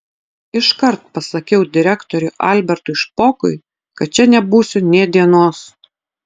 iškart pasakiau direktoriui albertui špokui kad čia nebūsiu nė dienos